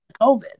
COVID